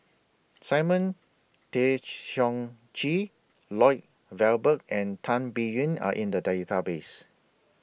Simon Tay Seong Chee Lloyd Valberg and Tan Biyun Are in The Database